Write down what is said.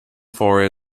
for